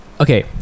Okay